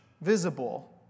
visible